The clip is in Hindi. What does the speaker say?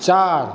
चार